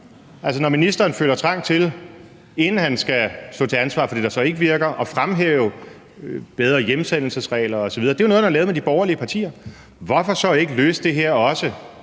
Ministeren føler trang til, inden han skal stå til ansvar for det, der så ikke virker, at fremhæve bedre hjemsendelsesregler osv. Det er jo noget, han har lavet med de borgerlige partier. Hvorfor så ikke løse også